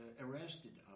arrested